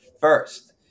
first